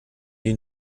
die